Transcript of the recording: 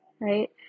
right